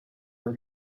were